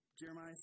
Jeremiah